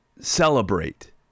celebrate